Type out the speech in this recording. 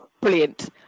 Brilliant